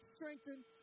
strengthen